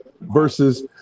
versus